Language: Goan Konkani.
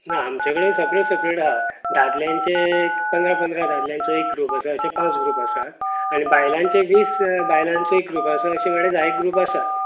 ना आमचे कडेन सॅपरेट सॅपरेट आसा दादल्यांचे एक पंदरा पंदरा दादल्यांचो एक ग्रूप आसा अशे पांच ग्रूप आसात आनी बायलांचे वीस बायलांचे ग्रूप आसा अशे म्हाजे कडेन धा एक ग्रूप आसात